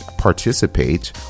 Participate